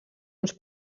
uns